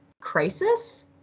crisis